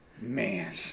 Man